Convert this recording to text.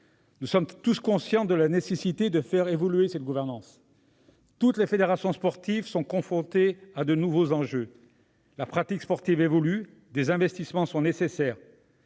Nous sommes tous conscients de la nécessité de faire évoluer cette gouvernance. Toutes les fédérations sportives sont confrontées à de nouveaux enjeux. La pratique sportive évolue, des investissements sont nécessaires.